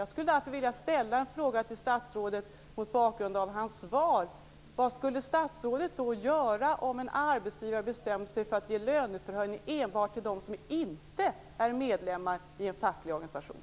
Jag vill därför fråga statsrådet, mot bakgrund av hans svar: Vad skulle statsrådet göra om en arbetsgivare bestämde sig för att ge löneförhöjningar enbart till dem som inte är medlemmar i en facklig organisation?